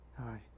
Hi